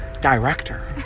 director